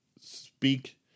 speak